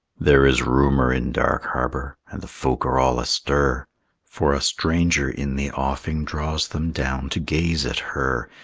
there is rumor in dark harbor, and the folk are all astir for a stranger in the offing draws them down to gaze at her,